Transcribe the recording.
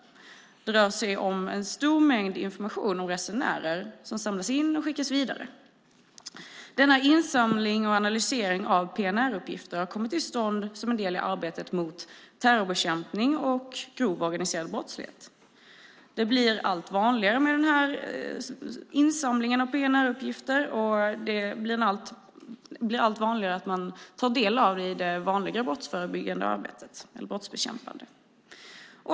Det är en stor mängd information om resenärer som samlas in och skickas vidare. Denna insamling och analysering av PNR-uppgifter har kommit till stånd som en del i arbetet mot terrorbekämpning och grov organiserad brottslighet. Det blir allt vanligare med sådan här insamling av PNR-uppgifter och allt vanligare att man tar del av uppgifterna i det vanliga brottsförebyggande arbetet när det gäller brottsbekämpande.